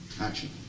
Action